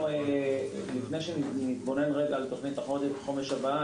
לפני שנתבונן על תוכנית החומש הבאה,